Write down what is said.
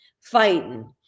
fighting